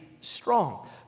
strong